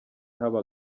haba